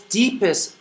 deepest